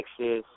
Texas